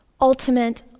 ultimate